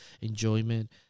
enjoyment